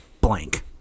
Blank